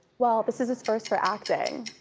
well, this is his first for acting.